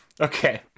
okay